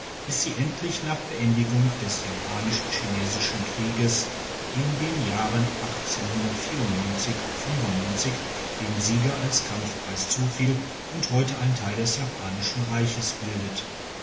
bis sie endlich nach beendigung des japanisch chinesischen krieges in den jahren dem sieger als kampfpreis zufiel und heute einen teil des japanischen reiches bildet